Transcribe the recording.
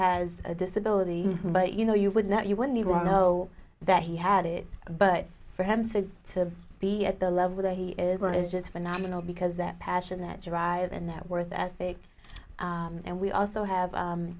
has a disability but you know you would not you wouldn't you want know that he had it but for himself to be at the level that he is on is just phenomenal because that passion that drive and that worth ethic and we also have